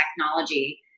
technology